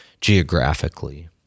geographically